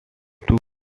took